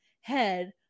head